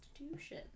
institution